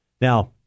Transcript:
Now